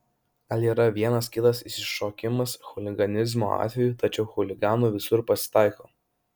gal yra vienas kitas išsišokimas chuliganizmo atvejų tačiau chuliganų visur pasitaiko